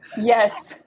yes